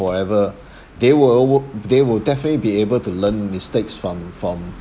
forever they will ove~ they will definitely be able to learn mistakes from from